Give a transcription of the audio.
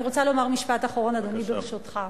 אני רוצה לומר משפט אחרון, אדוני, ברשותך.